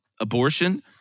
abortion